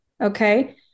Okay